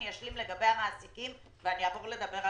אני אשלים לגבי המעסיקים, אנחנו מדברים על